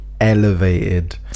elevated